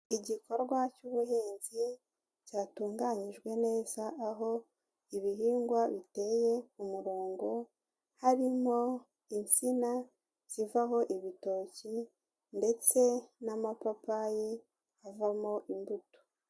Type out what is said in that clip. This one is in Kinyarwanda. Igikorwa cy'ubuhinzi cyatunganyijwe neza, aho ibihingwa biteye k'umurongo harimo insina zivaho ibitoki ndetse n'amapapayi avamo imbuto.